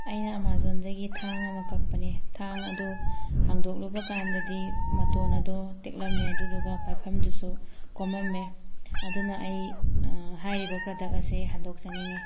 ꯑꯩꯅ ꯑꯥꯃꯥꯖꯣꯟꯗꯒꯤ ꯊꯥꯡ ꯑꯃ ꯀꯛꯄꯅꯤ ꯊꯥꯡ ꯑꯗꯨ ꯍꯥꯡꯗꯣꯛꯂꯨꯕ ꯀꯥꯟꯗꯗꯤ ꯃꯇꯣꯟ ꯑꯗꯣ ꯇꯦꯛꯂꯝꯃꯦ ꯑꯗꯨꯗꯨꯒ ꯄꯥꯏꯐꯝꯗꯨꯁꯨ ꯀꯣꯝꯃꯝꯃꯦ ꯑꯗꯨꯅ ꯑꯩ ꯍꯥꯏꯔꯤꯕ ꯄ꯭ꯔꯗꯛ ꯑꯁꯦ ꯍꯟꯗꯣꯛꯆꯅꯤꯡꯉꯦ